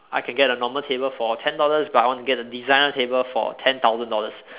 I can get a normal table for ten dollars but I want to get a designer table for ten thousand dollars